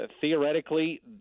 theoretically